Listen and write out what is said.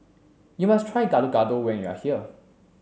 you must try gado gado when you are here